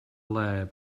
lab